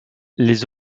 les